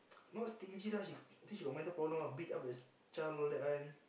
not stingy lah she I think she got mental problem one beat up the child all that one